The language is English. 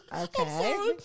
Okay